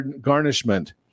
garnishment